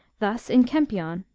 thus in kempion-v